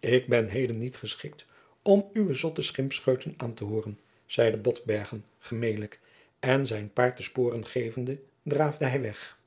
ik ben heden niet geschikt om uwe zotte schimpscheuten aan te hooren zeide botbergen gemelijk en zijn paard de sporen gevende draafde hij weg